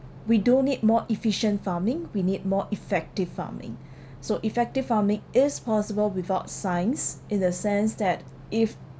we do need more efficient farming we need more effective farming so effective farming is possible without science in the sense that if